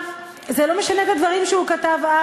זה לא משנה את הדברים שהוא כתב אז,